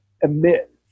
emit